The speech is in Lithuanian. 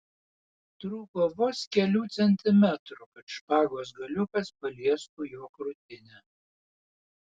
trūko vos kelių centimetrų kad špagos galiukas paliestų jo krūtinę